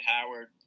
Howard